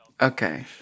Okay